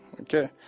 okay